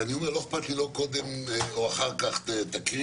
אני אומר שלא אכפת לי לא קודם או אחר כך שתקריאי,